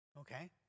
Okay